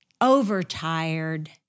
overtired